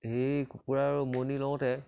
সেই কুকুৰাৰ উমনি লওঁতে